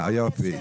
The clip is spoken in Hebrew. יופי.